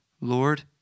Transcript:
Lord